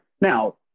Now